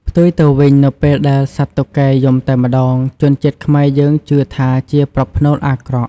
ផ្ទុយទៅវិញ នៅពេលដែលសត្វតុកែយំតែម្ដង ជនជាតិខ្មែរយើងជឿថាជាប្រផ្នូលអាក្រក់។